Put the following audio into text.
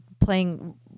playing